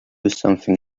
something